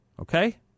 Okay